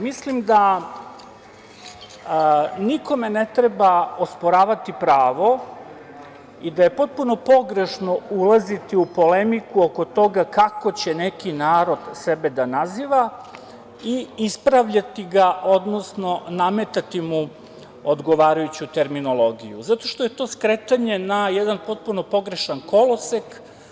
Mislim da nikome ne treba osporavati pravo i da je potpuno pogrešno ulaziti u polemiku oko toga kako će neki narod sebe da naziva i ispravljati ga, odnosno nametati mu odgovarajuću terminologiju zato što je to skretanje na jedan potpuno pogrešan kolosek.